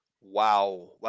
Wow